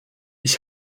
ich